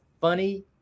Funny